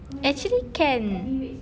actually can